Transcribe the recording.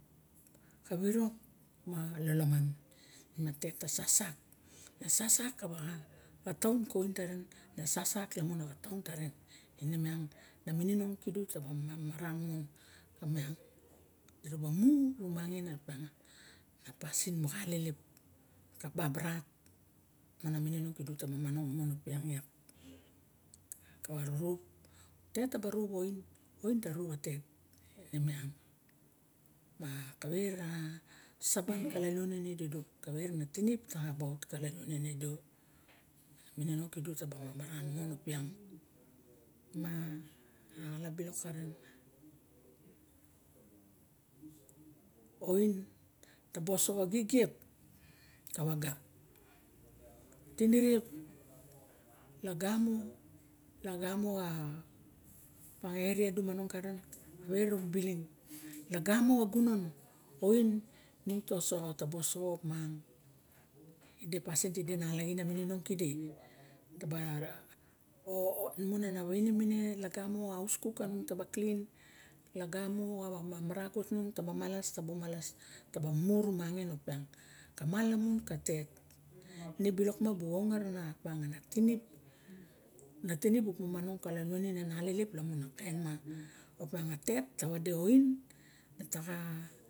A eino ma lalaman a tet ta sasap ka xataim ka oin taren ta sask imun a xatun tarn ine miang na inom pidu taba marou mon lamun dira ba mu nangin opiang a pasin moxa alelep babarat mana mininong kudu taba marong tawa rorop tet taba nop a oin- oin tarop a tet ne miang ma kawe ra- ra sabat nakion tidu maran mon opiang oin taba osoxo gigiepkawaga tinirep lagamo xa eria dis monong karen lagamo xa gunon oin taba osoxa opiang ide pasin tide nalaxin a miniong kide taba o ine a waine mine laga mo xa aus kuk kanung taba klin lagamu xa marago tung ta ba malas taba mu rumangin ka malamun ka tet re silok ma bu ongat ana tirip na tirip bu momong kalaun ka alelep